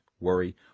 worry